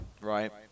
right